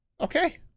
Okay